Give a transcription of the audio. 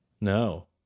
No